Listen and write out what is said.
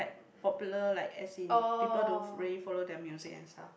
popular like as in people don't really follow their music and stuff